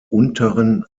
unteren